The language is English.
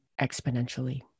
exponentially